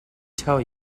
tell